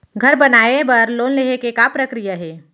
घर बनाये बर लोन लेहे के का प्रक्रिया हे?